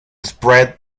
spread